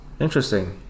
Interesting